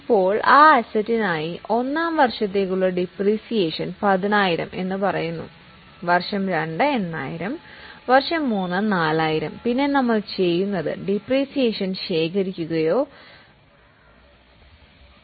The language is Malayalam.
ഇപ്പോൾ ആ അസറ്റിനായി ഒന്നാം വർഷത്തേക്കുള്ള ഡിപ്രീസിയേഷൻ 10000 എന്ന് പറയുന്നു വർഷം 2 8000 വർഷം 3 4000 പിന്നെ നമ്മൾ ചെയ്യുന്നത് ഡിപ്രീസിയേഷൻ ശേഖരിക്കുക എന്നതാണ്